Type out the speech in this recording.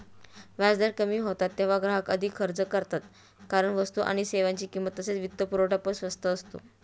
व्याजदर कमी होतात तेव्हा ग्राहक अधिक खर्च करतात कारण वस्तू आणि सेवांची किंमत तसेच वित्तपुरवठा पण स्वस्त असतो